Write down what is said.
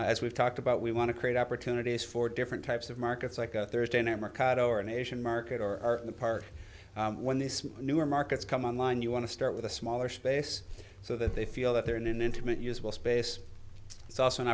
as we've talked about we want to create opportunities for different types of markets like a thursday night mercado or an asian market or our part when these newer markets come online you want to start with a smaller space so that they feel that they're in an intimate usable space it's also an